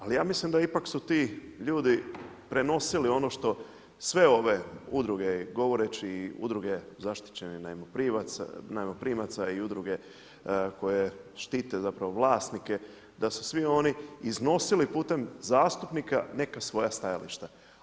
Ali ja mislim da ipak su ti ljudi prenosili ono što sve ove udruge, govoreći o udruzi zaštićenih najmoprimaca i udruge koje štite zapravo vlasnike, da su svi oni iznosili putem zastupnika neka svoja stajališta.